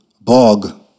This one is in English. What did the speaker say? bog